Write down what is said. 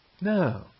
No